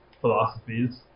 philosophies